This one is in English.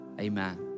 amen